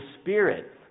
spirit